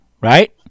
right